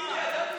הינה,